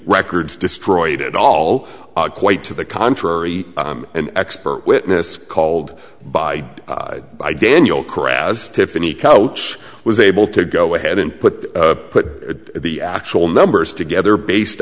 records destroyed at all quite to the contrary an expert witness called by by daniel corrals tiffany coach was able to go ahead and put put the actual numbers together based